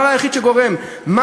אבל זה הדבר היחיד שגורם כאן,